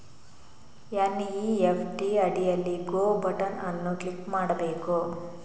NEFT ಅಡಿಯಲ್ಲಿ go button ಅನ್ನು click ಮಾಡಬೇಕು